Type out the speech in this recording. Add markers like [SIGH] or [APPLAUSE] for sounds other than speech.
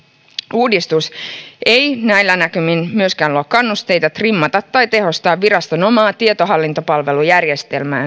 uudistus ei näillä näkymin myöskään luo kannusteita trimmata tai tehostaa viraston omaa tietohallintopalvelujärjestelmää [UNINTELLIGIBLE]